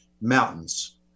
mountains